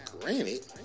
granted